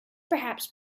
perhaps